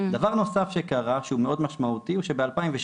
דבר נוסף שקרה, שהוא מאוד משמעותי, הוא שב-2017,